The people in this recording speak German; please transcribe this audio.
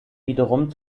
wiederum